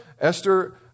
Esther